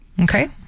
Okay